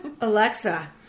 Alexa